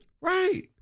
Right